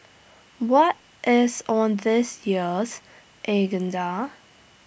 what is on this year's agenda